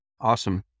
Awesome